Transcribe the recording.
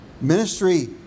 Ministry